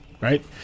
right